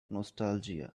nostalgia